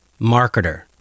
marketer